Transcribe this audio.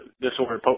disorder